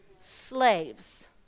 slaves